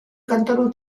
cantano